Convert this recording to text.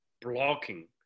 blocking